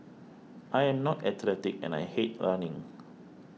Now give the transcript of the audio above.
I am not athletic and I hate running